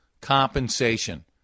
compensation